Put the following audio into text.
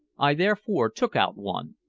i therefore took out one,